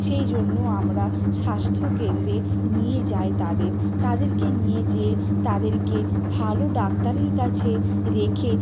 সেই জন্য আমরা স্বাস্থ্য কেন্দ্রে নিয়ে যাই তাদের তাদেরকে নিয়ে যেয়ে তাদেরকে ভালো ডাক্তারের কাছে রেখে